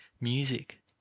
music